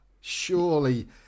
Surely